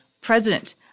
president